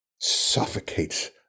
suffocates